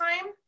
time